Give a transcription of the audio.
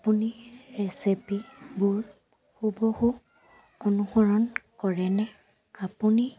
আপুনি ৰেচিপিবোৰ সুবহু অনুকৰণ কৰেনে আপুনি